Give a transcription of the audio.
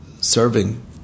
serving